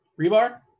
Rebar